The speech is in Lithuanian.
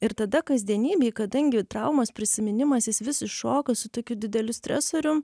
ir tada kasdienybėj kadangi traumos prisiminimas jis vis iššoka su tokiu dideliu stresorium